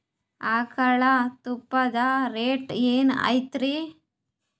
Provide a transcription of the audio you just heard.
ಆಕಳ ತುಪ್ಪದ ರೇಟ್ ಏನ ಹಚ್ಚತೀರಿ?